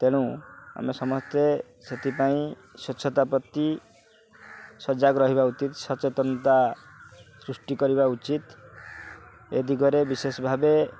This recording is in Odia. ତେଣୁ ଆମେ ସମସ୍ତେ ସେଥିପାଇଁ ସ୍ୱଚ୍ଛତା ପ୍ରତି ସଜାଗ ରହିବା ଉଚିତ ସଚେତନତା ସୃଷ୍ଟି କରିବା ଉଚିତ ଏ ଦିଗରେ ବିଶେଷ ଭାବେ